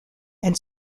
and